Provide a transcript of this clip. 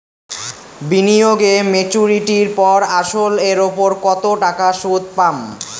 বিনিয়োগ এ মেচুরিটির পর আসল এর উপর কতো টাকা সুদ পাম?